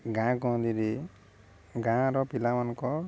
ଗାଁ ଗହଳିରେ ଗାଁର ପିଲାମାନଙ୍କ